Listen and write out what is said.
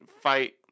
fight